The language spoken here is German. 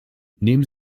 neben